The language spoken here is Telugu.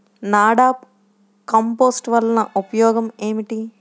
నాడాప్ కంపోస్ట్ వలన ఉపయోగం ఏమిటి?